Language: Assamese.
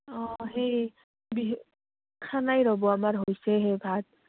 অঁ সেই বিহুৰ খাৱা নাই ৰ'ব আমাৰ হৈছে হে ভাত